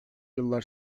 yıllar